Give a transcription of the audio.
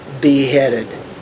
beheaded